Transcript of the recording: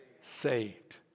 saved